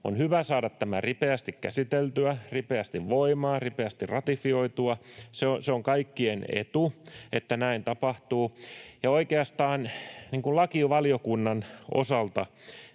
On hyvä saada tämä ripeästi käsiteltyä, ripeästi voimaan, ripeästi ratifioitua. Se on kaikkien etu, että näin tapahtuu. Oikeastaan lakivaliokunnan osalta